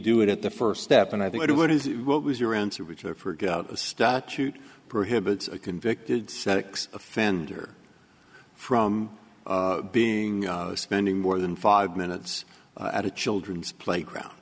do it at the first step and i think i do what is it what was your answer which i forgot a statute prohibits a convicted sex offender from being spending more than five minutes at a children's playground